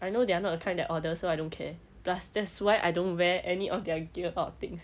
I know they are not the kind that order so I don't care plus that's why I don't wear any of their gear or things